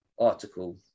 article